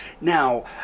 Now